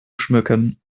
schmücken